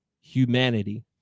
humanity